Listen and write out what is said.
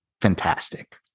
fantastic